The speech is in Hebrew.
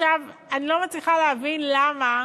עכשיו, אני לא מצליחה להבין למה